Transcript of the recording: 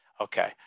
Okay